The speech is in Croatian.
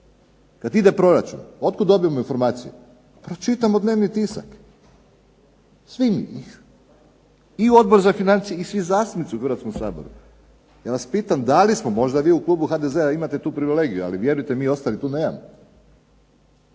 kada ide proračun, otkud dobijemo informaciju, pročitamo dnevni tisak. Svi mi. I Odbor za financije i svi zastupnici u Saboru, ja vas pitam, da li smo, možda vi u Klubu HDZ-a imate tu privilegiju ali ja vas uvjeravam mi ostali to nemamo.